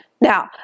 Now